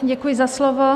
Děkuji za slovo.